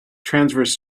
transverse